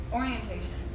orientation